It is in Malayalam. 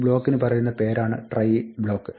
ഈ ബ്ലോക്കിന് പറയുന്ന പേരാണ് ട്രൈ ബ്ലോക്ക്